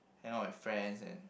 hang out with friends and